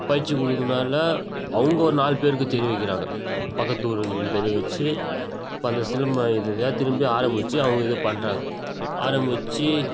பயிற்சி கொடுக்குறதுனால அவங்க ஒரு நாலு பேருக்கு தெரிவிக்கிறாங்க பக்கத்து ஊருகளுக்கு தெரியவெச்சி இப்போ அந்த சிலம்பம் இதுதான் திரும்பி ஆரம்பித்து அவங்க இது பண்ணுறாங்க ஆரம்பித்து